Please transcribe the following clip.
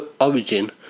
origin